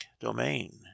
domain